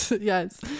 yes